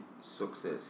success